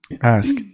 ask